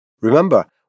Remember